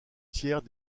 tiers